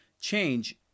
change